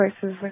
choices